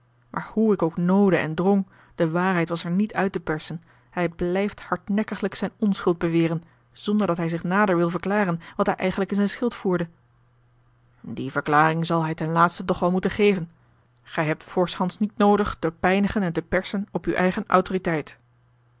maar hoe ik ook noodde en drong de waarheid was er niet uit te persen hij blijft hardnekkiglijk zijne onschuld beweren zonderdat hij zich nader wil verklaren wat hij eigenlijk in zijn schild voerde die verklaring zal hij ten laatste toch wel moeten geven gij hebt voorshands niet noodig te pijnigen en te persen op uwe eigene autoriteit